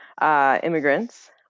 immigrants